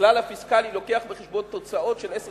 הכלל הפיסקלי לוקח בחשבון תוצאות של עשר